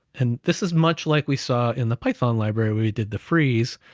and this is much like we saw in the python library we we did the freeze,